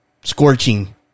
scorching